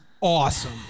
awesome